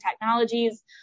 technologies